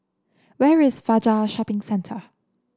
where is Fajar Shopping Centre